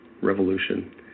revolution